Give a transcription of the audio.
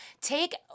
take